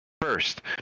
First